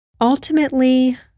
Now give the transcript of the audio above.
Ultimately